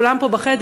כולם פה בחדר,